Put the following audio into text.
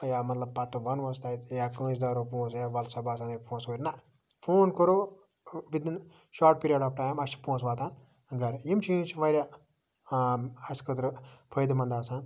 یا مَطلَب پَتہٕ وَنووس تَتہِ یا کٲنٛسہِ دارو پونٛسہٕ ہے وَلسا بہٕ ہَسا اَنے پونٛسہٕ اوٗرۍ نَہ فون کَرو within short period of time اَسہِ چھِ پونٛسہٕ واتان گَرٕ یِم چیٖز چھِ واریاہ اَسہِ خٲطرٕ فٲیدٕ مَنٛد آسان